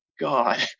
god